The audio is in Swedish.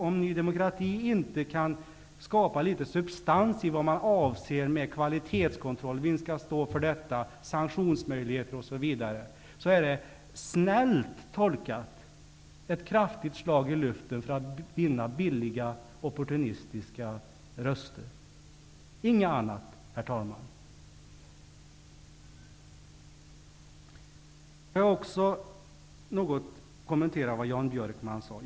Om Ny demokrati inte kan skapa litet substans i vad man avser med kvalitetskontroll, vem som skall stå för den, sanktionsmöjligheter osv. är reservationen snällt tolkat ett kraftigt opportunistiskt slag i luften för att vinna billiga röster, inget annat. Jag vill också kommentera det Jan Björkman sade.